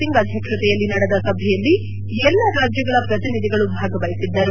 ಸಿಂಗ್ ಅಧ್ಯಕ್ಷತೆಯಲ್ಲಿ ನಡೆದ ಸಭೆಯಲ್ಲಿ ಎಲ್ಲ ರಾಜ್ಯಗಳ ಪ್ರತಿನಿಧಿಗಳು ಭಾಗವಹಿಸಿದ್ದರು